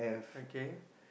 okay